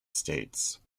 states